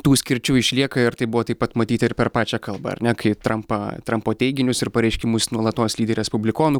tų skirčių išlieka ir tai buvo taip pat matyti ir per pačią kalbą ar ne kai trampą trampo teiginius ir pareiškimus nuolatos lydi respublikonų